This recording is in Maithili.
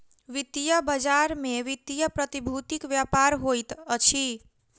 वित्तीय बजार में वित्तीय प्रतिभूतिक व्यापार होइत अछि